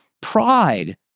pride